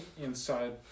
inside